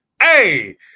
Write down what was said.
Hey